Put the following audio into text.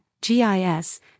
GIS